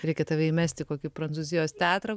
reikia tave įmest į kokį prancūzijos teatrą